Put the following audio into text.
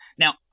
Now